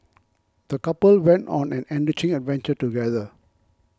the couple went on an enriching adventure together